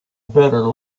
better